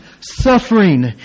suffering